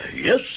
Yes